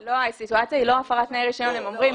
הסיטואציה היא לא הפרת תנאי רישיון.